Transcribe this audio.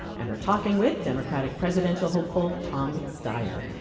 and we're talking with democratic presidential hopeful tom steyer.